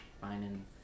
Finding